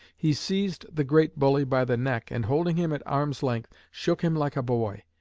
he seized the great bully by the neck and holding him at arm's length shook him like a boy.